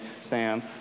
Sam